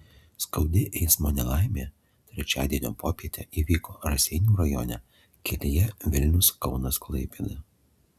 skaudi eismo nelaimė trečiadienio popietę įvyko raseinių rajone kelyje vilnius kaunas klaipėda